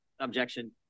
Objection